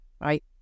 right